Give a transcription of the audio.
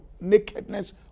nakedness